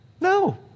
No